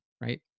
right